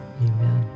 Amen